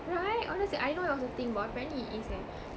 right honestly I didn't know it was a thing but apparently it is eh